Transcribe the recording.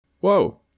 Whoa